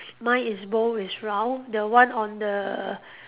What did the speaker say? mine is ball is round the one on the